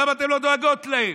למה אתן לא דואגות להן?